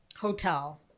hotel